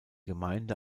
gemeinde